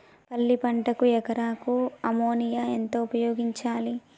పల్లి పంటకు ఎకరాకు అమోనియా ఎంత ఉపయోగించాలి?